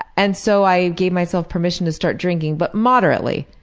and so i gave myself permission to start drinking, but moderately.